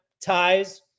ties